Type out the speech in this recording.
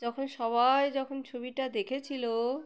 যখন সবাই যখন ছবিটা দেখেছিল